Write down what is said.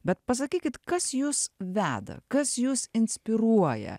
bet pasakykit kas jus veda kas jus inspiruoja